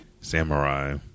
samurai